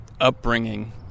upbringing